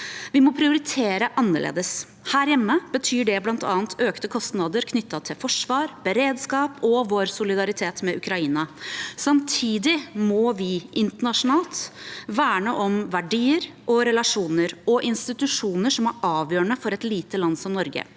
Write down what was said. Vi må prioritere annerledes. Her hjemme betyr det bl.a. økte kostnader knyttet til forsvar, beredskap og vår solidaritet med Ukraina. Samtidig må vi internasjonalt verne om verdier, relasjoner og institusjoner som er avgjørende for et lite land som Norge: